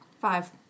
Five